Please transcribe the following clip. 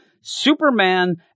Superman